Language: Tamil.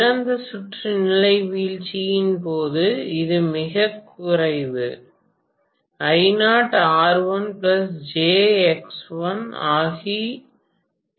திறந்த சுற்று நிலை வீழ்ச்சியின் போது இது மிகக் குறைவு ஆகி இருக்கும்